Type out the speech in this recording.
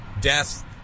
Death